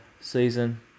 season